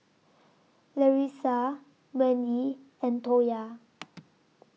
Larissa Wendi and Toya